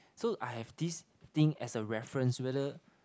so I have this thing as a reference whether